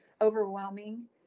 overwhelming